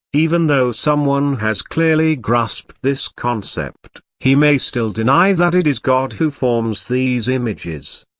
even though someone has clearly grasped this concept, he may still deny that it is god who forms these images.